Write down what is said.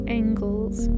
angles